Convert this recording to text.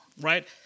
right